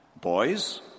boys